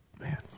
Man